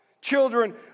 Children